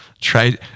try